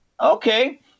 okay